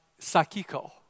Sakiko